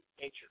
nature